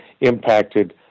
impacted